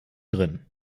drin